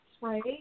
right